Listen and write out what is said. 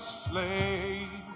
slave